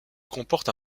comporte